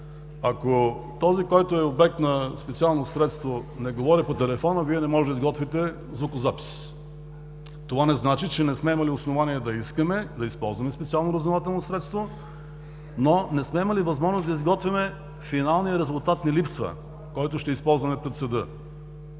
ако този, който е обект на специално средство, не говори по телефона, Вие не можете да изготвите звукозапис. Това не значи, че не сме имали основание да искаме да използваме специално разузнавателно средство, но не сме имали възможност да изготвяме, финалният резултат ни липсва, който ще използваме пред